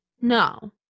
No